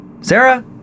sarah